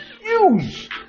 huge